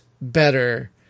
better